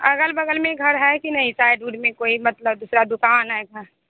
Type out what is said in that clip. अगल बगल में ही घर है कि नहीं साइड उड में कोई मतलब या दुकान है घ